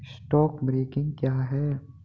Stock broking क्या है?